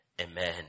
Amen